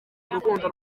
urukundo